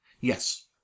Yes